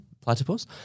Platypus